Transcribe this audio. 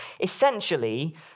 Essentially